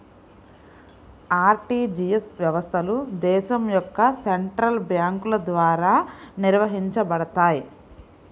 RTGS వ్యవస్థలు దేశం యొక్క సెంట్రల్ బ్యేంకుల ద్వారా నిర్వహించబడతయ్